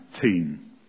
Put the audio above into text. team